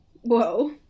Whoa